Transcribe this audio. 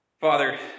Father